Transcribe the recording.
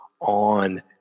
on